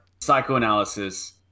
psychoanalysis